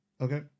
Okay